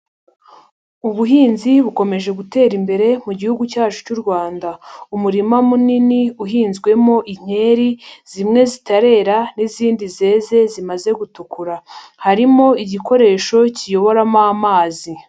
Ubuhinzi bukomeje gutera imbere mu gihugu cyacu cy'u Rwanda. Umurima munini uhinzwemo inkeri, zimwe zitarera n'izindi zeze zimaze gutukura. Harimo igikoresho kiyoboramo amazi.